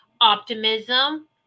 optimism